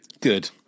Good